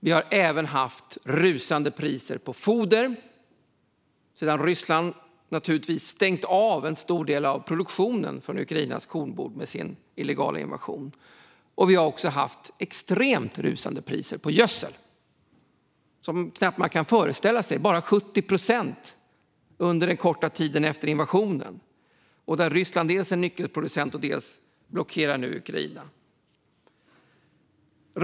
Vi har även haft rusande priser på foder sedan Ryssland med sin illegala invasion naturligtvis har stängt av en stor del av produktionen i Ukrainas kornbod. Vi har också haft extremt rusande priser på gödsel som man knappt kan föreställa sig. De har ökat med 70 procent bara under den korta tiden efter invasionen. Ryssland är en nyckelproducent och blockerar nu dessutom Ukraina.